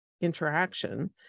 interaction